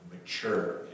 mature